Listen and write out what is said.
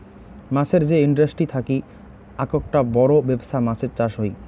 মাছের যে ইন্ডাস্ট্রি থাকি আককটা বড় বেপছা মাছের চাষ হই